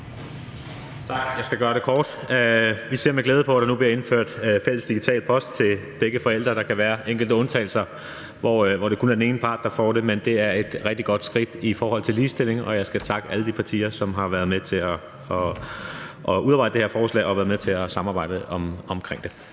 Tak. Jeg skal gøre det kort. Vi ser med glæde på, at der nu bliver indført fælles digital post til begge forældre. Der kan være enkelte undtagelser, hvor det kun er den ene part, der får det, men det er et rigtig godt skridt i forhold til ligestillingen. Og jeg skal takke alle de partier, som har været med til at udarbejde det her forslag og været med